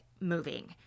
moving